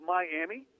Miami